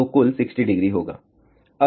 तो कुल 600होगा